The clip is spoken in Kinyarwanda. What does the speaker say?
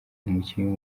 umukinnyi